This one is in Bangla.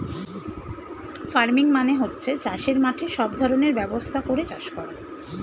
ফার্মিং মানে হচ্ছে চাষের মাঠে সব ধরনের ব্যবস্থা করে চাষ করা